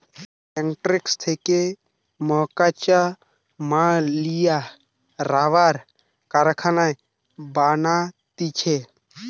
latex থেকে মকাঁচা মাল লিয়া রাবার কারখানায় বানাতিছে